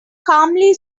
calmly